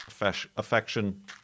affection